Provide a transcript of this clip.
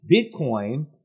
Bitcoin